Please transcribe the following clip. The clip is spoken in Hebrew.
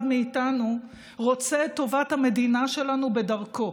מאיתנו רוצה את טובת המדינה שלנו בדרכו,